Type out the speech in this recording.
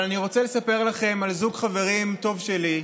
אבל אני רוצה לספר לכם על זוג חברים טוב שלי,